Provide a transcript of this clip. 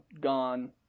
gone